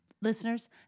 listeners